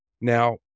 Now